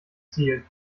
ziel